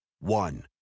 One